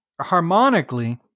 harmonically